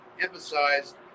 emphasized